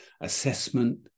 assessment